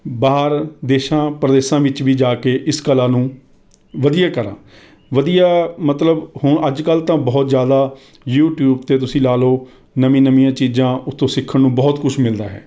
ਬਾਹਰ ਦੇਸ਼ਾਂ ਪਰਦੇਸਾਂ ਵਿੱਚ ਵੀ ਜਾ ਕੇ ਇਸ ਕਲਾ ਨੂੰ ਵਧੀਆ ਕਰਾਂ ਵਧੀਆ ਮਤਲਬ ਹੁਣ ਅੱਜ ਕੱਲ੍ਹ ਤਾਂ ਬਹੁਤ ਜ਼ਿਆਦਾ ਯੂਟਿਊਬ 'ਤੇ ਤੁਸੀਂ ਲਾ ਲੋ ਨਵੀਂ ਨਵੀਆਂ ਚੀਜ਼ਾਂ ਉੱਥੇ ਸਿੱਖਣ ਨੂੰ ਬਹੁਤ ਕੁੱਝ ਮਿਲਦਾ ਹੈ